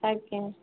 ଆଜ୍ଞା